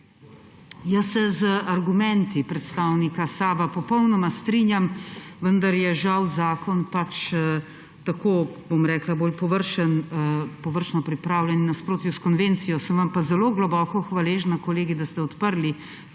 Jaz se z argumenti predstavnika SAB popolnoma strinjam, vendar je žal zakon, bom rekla, bolj površno pripravljen, v nasprotju s konvencijo. Sem vam pa zelo globoko hvaležna, kolegi, da ste odprli